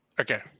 Okay